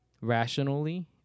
rationally